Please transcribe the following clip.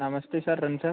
నమస్తే సార్ రండి సార్